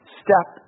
step